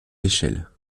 l’échelle